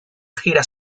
gira